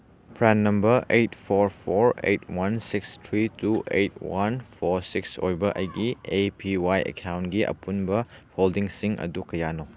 PRAN number eight four four eight one six three two eight one four six ꯑꯣꯏꯕ ꯑꯩꯒꯤ A P Y ꯑꯦꯀꯥꯎꯟꯒꯤ ꯑꯄꯨꯟꯕ ꯍꯣꯜꯗꯤꯡꯁꯤꯡ ꯑꯗꯨ ꯀꯌꯥꯅꯣ